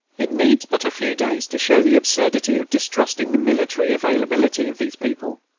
it needs but a few days to show the absurdity of distrusting the military availability of these people.